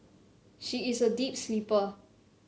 she is a deep sleeper